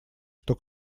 что